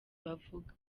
bavuga